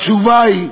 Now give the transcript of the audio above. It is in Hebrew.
התשובה היא,